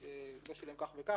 הוא לא שילם כך וכך,